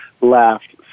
laughed